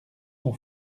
son